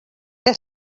que